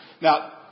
Now